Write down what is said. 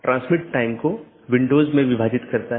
यह BGP का समर्थन करने के लिए कॉन्फ़िगर किया गया एक राउटर है